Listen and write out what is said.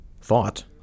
thought